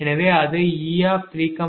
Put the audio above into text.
எனவே அது e314e325e336e349